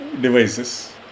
devices